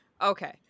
Okay